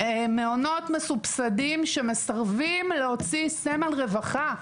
מעונות מסובסדים שמסרבים להוציא סמל רווחה,